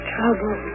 Trouble